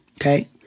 Okay